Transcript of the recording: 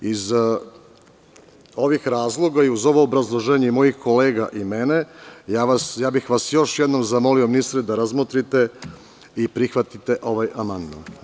Iz ovih razloga i uz ovo obrazloženje i mojih kolega i mene, još jednom bih vas zamolio, ministre, da razmotrite i prihvatite ovaj amandman.